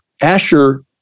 Asher